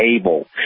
able